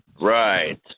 right